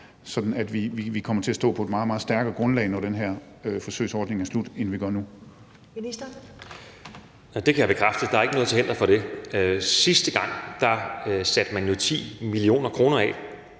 at vi kommer til at stå på et meget, meget stærkere grundlag, når den her forsøgsordning er slut, end vi gør nu?